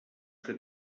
que